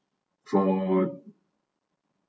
for